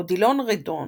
אודילון רדון,